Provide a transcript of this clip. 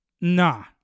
Nah